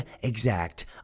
exact